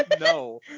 No